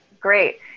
great